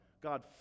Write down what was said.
God